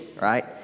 right